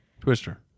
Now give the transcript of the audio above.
Twister